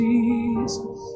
Jesus